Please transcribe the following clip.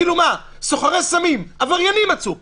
כאילו סוחרי סמים, עבריינים מצאו פה.